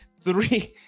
three